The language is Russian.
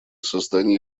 создания